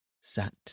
sat